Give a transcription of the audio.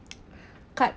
cut